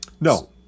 No